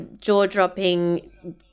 jaw-dropping